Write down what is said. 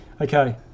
Okay